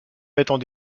mettent